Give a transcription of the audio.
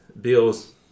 bills